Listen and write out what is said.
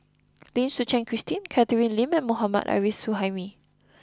Lim Suchen Christine Catherine Lim and Mohammad Arif Suhaimi